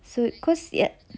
so cause yet